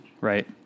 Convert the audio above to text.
right